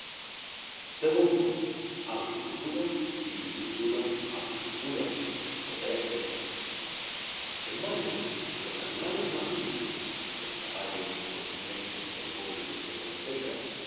ii agricultura viticultura apicultura etc etc en mayo los animales más ilustres el caballo el jumento el buey